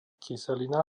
kyselina